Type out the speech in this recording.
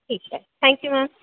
ठीक आहे thank you ma'am